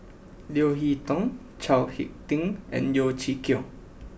Leo Hee Tong Chao Hick Tin and Yeo Chee Kiong